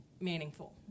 Meaningful